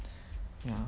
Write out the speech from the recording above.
ya